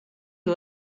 you